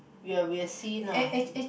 you will see nah